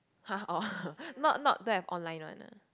!huh! oh not not don't have online one ah